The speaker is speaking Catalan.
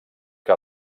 que